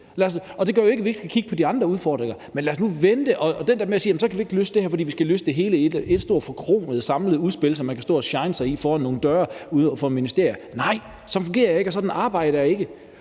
Det gør jo ikke, at vi ikke skal kigge på de andre udfordringer, men lad os nu vente. Og til det der med, at så kan vi ikke løse det her, for vi skal løse det hele i ét stort, forkromet samlet udspil, som man kan stå og shine sig i ved dørene til et ministerium, vil jeg sige, at nej, sådan fungerer jeg ikke, og sådan arbejder jeg ikke.